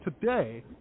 today –